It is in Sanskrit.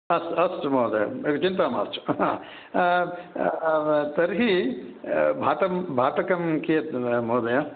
अस्तु अस्तु महोदय चिन्ता मास्तु तर्हि भाट भाटकं कियत् महोदय